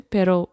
Pero